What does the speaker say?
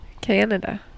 Canada